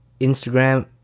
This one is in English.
Instagram